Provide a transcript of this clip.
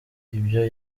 ibyo